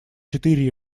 четыре